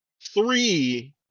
Three